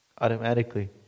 automatically